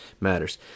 Matters